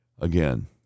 again